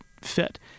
fit